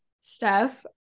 Steph